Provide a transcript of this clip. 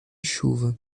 chuva